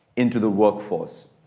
into the workforce.